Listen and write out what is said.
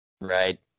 Right